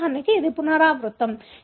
ఉదాహరణకు ఇది పునరావృతం